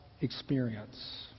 experience